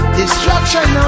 destruction